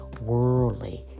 worldly